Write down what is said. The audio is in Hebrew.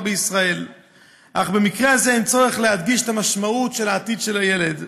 בישראל אך במקרה הזה אין צורך להדגיש את המשמעות לעתיד של הילד.